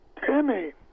Timmy